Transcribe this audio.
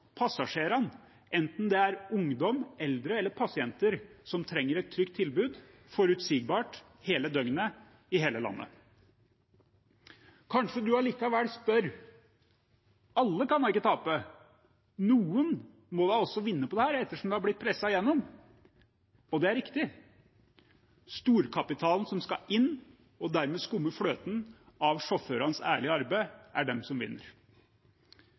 passasjerene, enten det er ungdom, eldre eller pasienter som trenger et trygt tilbud, forutsigbart, hele døgnet, i hele landet. Kanskje spør man likevel: Alle kan da ikke tape? Noen må da også vinne på det ettersom det har blitt presset igjennom? Det er riktig. Storkapitalen som skal inn og dermed skumme fløten av sjåførenes ærlige arbeid, er de som vinner.